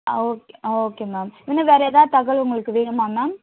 ஆ okay ஆ okay ma'am இன்னும் வேற எதாவது தகவல் உங்களுக்கு வேணுமா மேம்